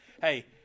Hey